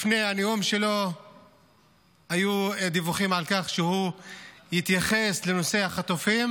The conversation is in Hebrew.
לפני הנאום שלו היו דיווחים על כך שהוא יתייחס לנושא החטופים,